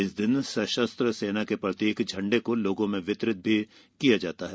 इस दिन सशस्त्र सेना के प्रतीक झंडे को लोगों में वितरित भी किया जाता है